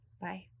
Bye